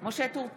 משה טור פז,